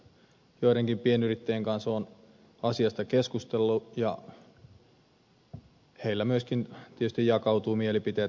joidenkin pienyrittäjien kanssa olen asiasta keskustellut ja heillä myöskin tietysti mielipiteet jakautuvat tässä